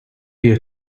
here